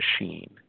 machine